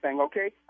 Okay